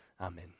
Amen